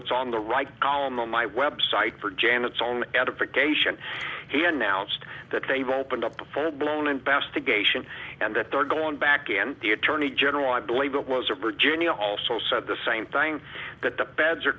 it's on the right column on my web site for janet's own edification he announced that they've opened up a full blown investigation and that they're going back in the attorney general i believe it was a virginia also said the same thing that the beds are